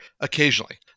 occasionally